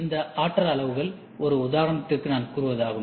இந்த ஆற்றல் அளவுகள் ஒரு உதாரணத்திற்கு நான் கூறுவதாகும்